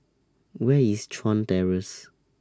Where IS Chuan Terrace